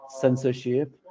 censorship